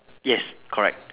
yes correct